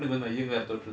ஆனா எதுக்கு:aana ethukku